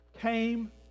came